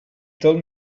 told